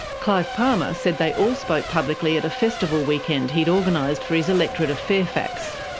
clive palmer said they all spoke publicly at a festival weekend he'd organised for his electorate of fairfax.